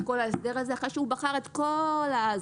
כל ההסדר הזה אחרי שהוא בחן את כל הזוויות.